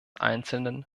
einzelnen